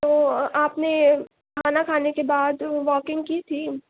تو آپ نے کھانا کھانے کے بعد واکنگ کی تھی